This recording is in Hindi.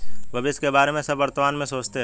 भविष्य के बारे में सब वर्तमान में सोचते हैं